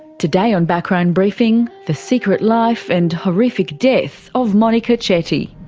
today on background briefing, the secret life and horrific death of monika chetty.